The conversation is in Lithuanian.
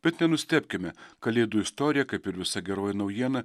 bet nenustebkime kalėdų istorija kaip ir visa geroji naujiena